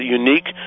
unique